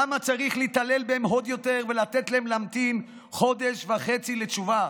למה צריך להתעלל בהם עוד יותר ולתת להם להמתין חודש וחצי לתשובה?